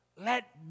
Let